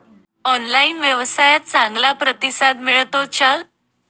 Online व्यवसायात चांगला प्रतिसाद मिळतो का?